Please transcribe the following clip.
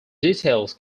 details